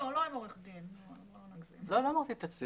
לא אמרתי תצהיר.